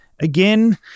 again